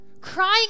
crying